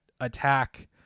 attack